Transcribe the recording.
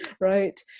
right